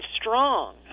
strong